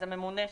אז הממונה,